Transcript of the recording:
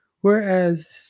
Whereas